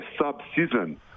sub-season